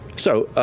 so.